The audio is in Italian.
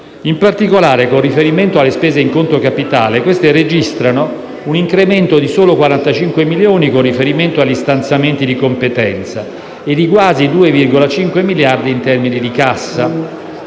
In particolare, con riferimento alle spese in conto capitale, queste registrano un incremento solo di 45 milioni con riferimento agli stanziamenti di competenza e di quasi 2,5 miliardi in termini di cassa,